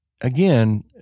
again